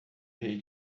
rei